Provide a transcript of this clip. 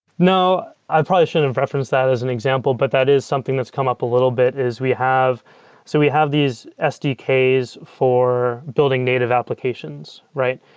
no. i probably should have referenced that is an example, but that is something that's come up a little bit, is we have so we have these sdks for building native applications, right?